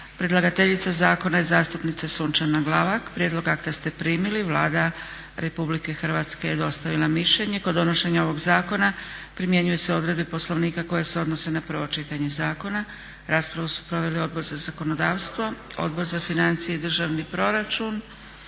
Predlagateljica zastupnica Sunčana Glavak Prijedlog akta ste primili. Vlada Republike Hrvatske je dostavila mišljenje. Kod donošenja ovog zakona primjenjuju se odredbe Poslovnika koje se odnose na prvo čitanje zakona. Raspravu su proveli Odbor za zakonodavstvo, Odbor za financije i državni proračun